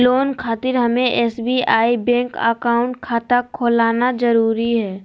Loan खातिर हमें SBI bank account खाता खोल आना जरूरी है?